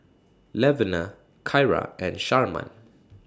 Levina Kyra and Sharman